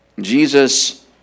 Jesus